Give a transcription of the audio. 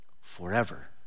forever